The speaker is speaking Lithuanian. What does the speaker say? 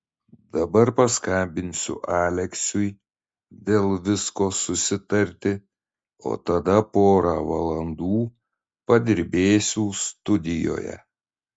dabar paskambinsiu aleksiui dėl visko susitarti o tada porą valandų padirbėsiu studijoje